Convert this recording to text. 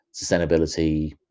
sustainability